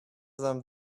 them